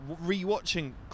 re-watching